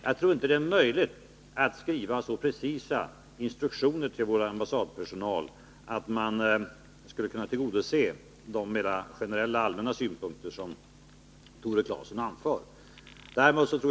Jag tror inte att det är möjligt att skriva så precisa instruktioner till vår ambassadpersonal att de mera generella, allmänna synpunkter som Tore Claeson anför kunde tillgodoses.